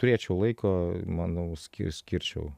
turėčiau laiko manau ski skirčiau